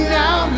now